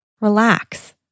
relax